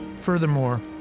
Furthermore